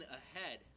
ahead